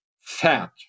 fat